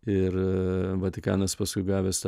ir vatikanas paskui gavęs tą